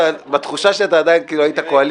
בתחושה שלי אתה עדיין קואליציה.